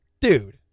Dude